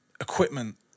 equipment